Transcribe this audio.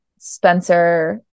Spencer